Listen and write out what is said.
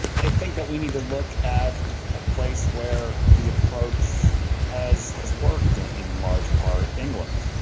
i think that we need to look at a place where the approach has has worked in large part, england.